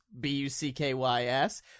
B-U-C-K-Y-S